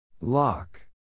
Lock